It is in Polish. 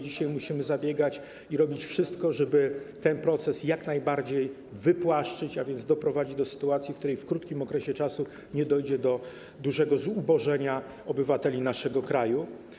Dzisiaj musimy zabiegać o to i robić wszystko, żeby ten proces jak najbardziej wypłaszczyć, a więc doprowadzić do sytuacji, w której w krótkim czasie nie dojdzie do dużego zubożenia obywateli naszego kraju.